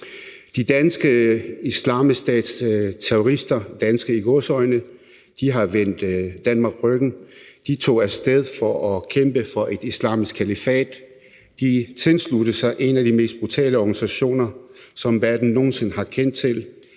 – danske Islamisk Stat-terrorister har vendt Danmark ryggen; de tog af sted for at kæmpe for et islamisk kalifat, de tilsluttede sig en af de mest brutale organisationer, som verden nogen sinde har kendt til.